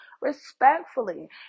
respectfully